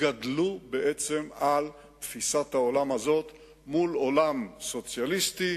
גדלו על תפיסת העולם הזאת מול עולם סוציאליסטי,